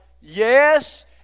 yes